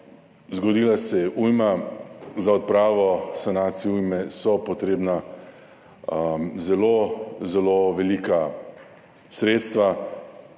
zgodila se je ujma, za odpravo, sanacije ujme so potrebna zelo zelo velika sredstva.